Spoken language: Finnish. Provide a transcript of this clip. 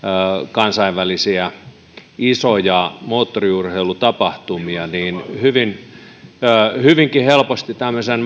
kansainvälisiä isoja moottoriurheilutapahtumia niin hyvinkin helposti tämmöisen